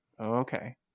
Okay